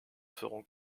feront